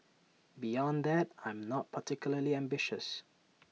beyond that I am not particularly ambitious